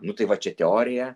nu tai va čia teorija